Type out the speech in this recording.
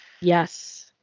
yes